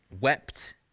wept